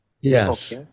yes